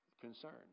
concern